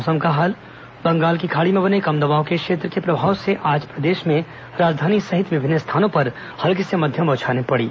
मौसम बंगाल की खाड़ी में बने कम दबाव के क्षेत्र के प्रभाव से आज प्रदेश में राजधानी सहित विभिन्न स्थानों पर हल्की से मध्यम बौछारें पड़ी